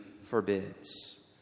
forbids